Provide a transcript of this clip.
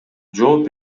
жооп